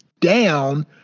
down